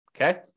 Okay